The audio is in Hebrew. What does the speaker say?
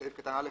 סעיף קטן (א1).